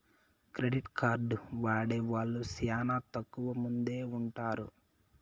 credit card వాడే వాళ్ళు శ్యానా తక్కువ మందే ఉంటారు